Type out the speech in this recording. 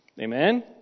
Amen